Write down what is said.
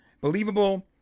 believable